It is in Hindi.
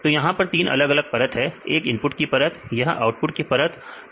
तो यहां पर तीन अलग अलग परत हैं एक इनपुट की परत है यह आउटपुट की परत है